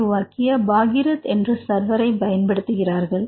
Jairam உருவாக்கிய பாகிரத் என்ற சர்வரை பயன்படுத்துகிறார்கள்